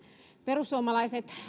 perussuomalaiset